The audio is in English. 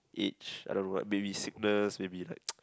each I don't know maybe sickness maybe like